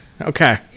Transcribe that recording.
okay